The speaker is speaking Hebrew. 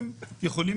גם מהודו וגם מאוזבקיסטן